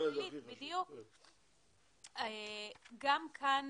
גם כאן